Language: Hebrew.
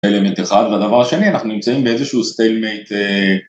אלמנט אחד והדבר השני אנחנו נמצאים באיזה שהוא stalemate